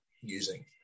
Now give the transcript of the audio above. using